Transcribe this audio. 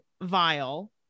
Vile